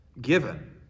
given